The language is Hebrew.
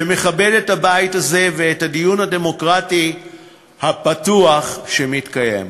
שמכבד את הבית הזה ואת הדיון הדמוקרטי הפתוח שמתקיים בו.